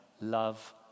love